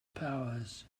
powers